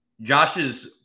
Josh's